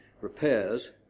repairs